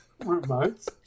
remotes